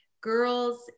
Girls